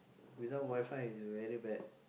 without WiFi is very bad